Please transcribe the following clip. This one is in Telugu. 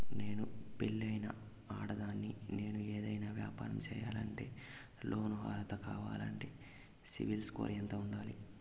నేను పెళ్ళైన ఆడదాన్ని, నేను ఏదైనా వ్యాపారం సేయాలంటే లోను అర్హత కావాలంటే సిబిల్ స్కోరు ఎంత ఉండాలి?